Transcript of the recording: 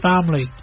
family